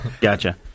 Gotcha